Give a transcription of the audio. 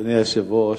אדוני היושב-ראש,